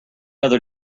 other